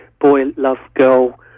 boy-love-girl